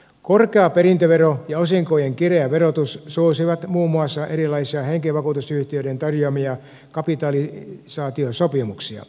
korkea perintövero ja osinkojen kireä verotus suosivat muun muassa erilaisia henkivakuutusyhtiöiden tarjoamia kapitalisaatiosopimuksia